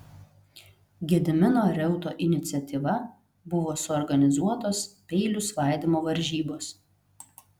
gedimino reuto iniciatyva buvo suorganizuotos peilių svaidymo varžybos